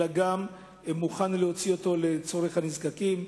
אלא גם מוכן להוציא אותו לצורך הנזקקים,